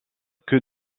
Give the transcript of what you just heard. que